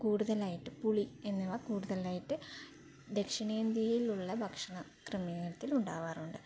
കൂടുതലായിട്ടും പുളി എന്നിവ കൂടുതലായിട്ട് ദക്ഷിണേന്ത്യയിലുള്ള ഭക്ഷണ ക്രമീകരണത്തിൽ ഉണ്ടാവാറുണ്ട്